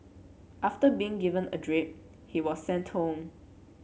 after being given a drip he was sent home